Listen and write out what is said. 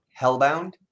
Hellbound